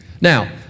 Now